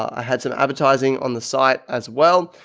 i had some advertising on the site as well.